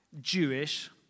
Jewish